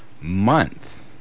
Month